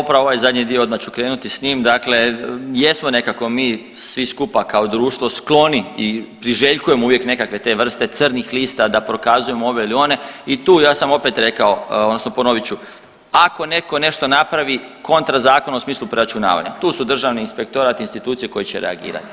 Upravo ovaj zadnji dio, odmah ću krenuti s njim, dakle, jesmo nekako mi svi skupa kao društvo skloni i priželjkujemo uvijek nekakve te vrste crnih lista da prokazujemo ove ili one i tu, ja sam opet rekao, odnosno ponovit ću, ako netko nešto napravi kontra zakona u smislu preračunavanja, tu su Državni inspektorat, institucije koje će reagirati.